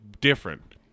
different